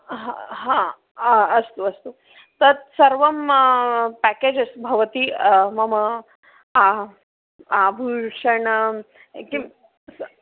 हा हा अस्तु अस्तु तत् सर्वं पेकेज् अस्ति भवति मम आम् आभूषणं किं